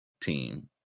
Team